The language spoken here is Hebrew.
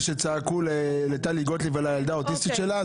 שצעקו לטלי גוטליב על הילדה האוטיסטית שלה?